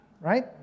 right